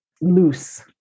loose